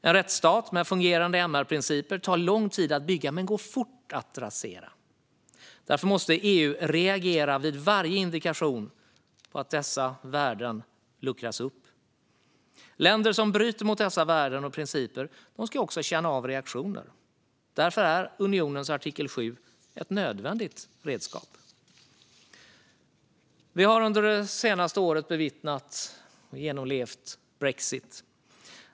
En rättsstat med fungerande MR-principer tar lång tid att bygga men går fort att rasera. Därför måste EU reagera vid varje indikation på att dessa värden luckras upp. Länder som bryter mot dessa värden och principer ska känna av reaktioner. Därför är unionens artikel 7 ett nödvändigt redskap. Vi har under det senaste året bevittnat och genomlevt brexit.